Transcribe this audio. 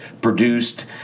produced